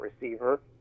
receiver